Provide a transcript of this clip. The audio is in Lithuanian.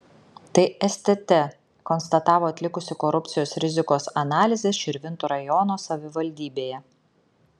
tai stt konstatavo atlikusi korupcijos rizikos analizę širvintų rajono savivaldybėje